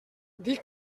dic